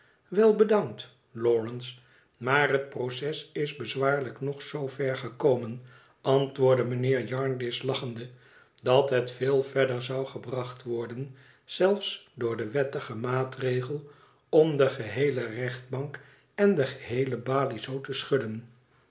wel bedankt lawrence maar het proces is bezwaarlijk nog zoover gekomen antwoordde mijnheer jarndyce lachende dat het veel verder zou gebracht worden zelfs door den wettigen maatregel om de geheéle rechtbank en de geheele balie zoo te schudden